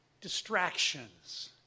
distractions